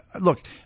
look